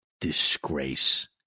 disgrace